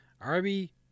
Arby